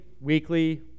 weekly